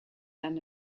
than